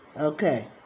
Okay